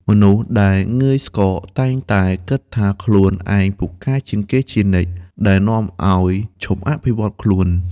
មនុស្សដែលងើយស្កក តែងតែគិតថាខ្លួនឯងពូកែជាងគេជានិច្ច ដែលនាំឱ្យឈប់អភិវឌ្ឍខ្លួន។